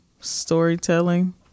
storytelling